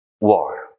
war